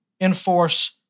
enforce